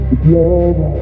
love